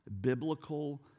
biblical